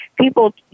people